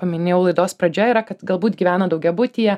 paminėjau laidos pradžioj yra kad galbūt gyvena daugiabutyje